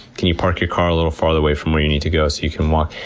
can you park your car a little farther away from where you need to go so you can walk?